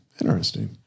Interesting